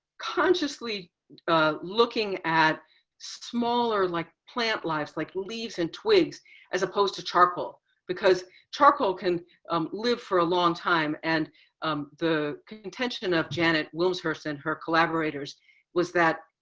consciously looking at smaller like plant lives like leaves and twigs as opposed to charcoal because charcoal can um live for a long time. and the contention of janet wilmshurst and her collaborators was that